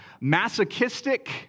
masochistic